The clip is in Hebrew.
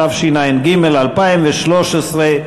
התשע"ג 2013,